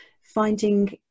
finding